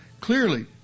Clearly